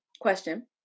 question